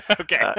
Okay